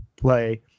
play